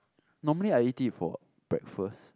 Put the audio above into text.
normally I eat it for breakfast